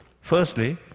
firstly